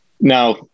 Now